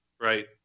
right